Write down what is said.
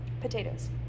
Potatoes